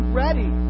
ready